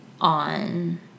on